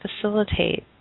facilitate